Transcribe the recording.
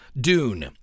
Dune